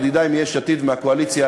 ידידי מיש עתיד ומהקואליציה,